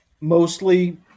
mostly –